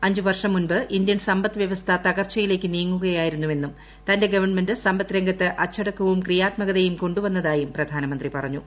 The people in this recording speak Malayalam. അഞ്ച് വർഷം മുൻപ് ഇന്ത്യൻ സമ്പദ് വ്യവസ്ഥ തകർച്ചയിലേക്ക് നീങ്ങുകയായിരുന്നുവെന്നും തന്റെ ഗവൺമെന്റ് സമ്പദ് രംഗത്ത് അച്ചടക്കവും ക്രിയാത്മകതയും കൊണ്ടുവന്നതായും പ്രധാനമന്ത്രി പറഞ്ഞു